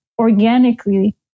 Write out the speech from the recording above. organically